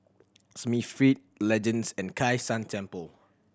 Smith Feed Legends and Kai San Temple